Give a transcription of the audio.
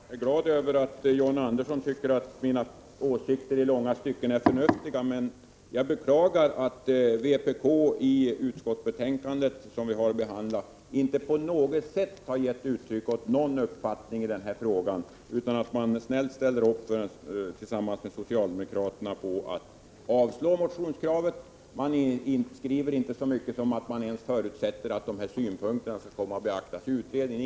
Herr talman! Jag är glad över att John Andersson tycker att mina åsikter i långa stycken är förnuftiga. Men jag beklagar att vpk i det utskottsbetänkande som vi har att behandla inte på något sätt har gett uttryck åt någon uppfattning i den här frågan. Man ställer snällt upp tillsammans med socialdemokraterna på yrkandet om att avslå motionskravet. Man skriver inte ens så mycket som att man förutsätter att synpunkterna i motionen skall komma att beaktas i utredningen.